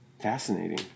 Fascinating